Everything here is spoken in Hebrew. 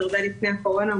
עוד הרבה לפני הקורונה.